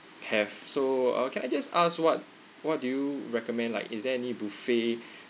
have so can uh I just ask what what do you recommend like is there any buffet